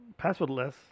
passwordless